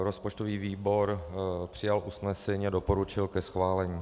Rozpočtový výbor přijal usnesení a doporučil ke schválení.